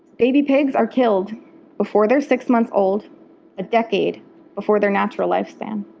baby pigs are killed before they're six months old a decade before their natural lifespan.